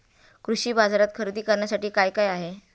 कृषी बाजारात खरेदी करण्यासाठी काय काय आहे?